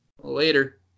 Later